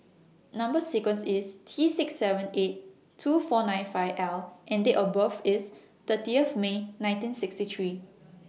Number sequence IS T six seven eight two four nine five L and Date of birth IS thirty May nineteen sixty three